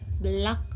Black